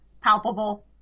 palpable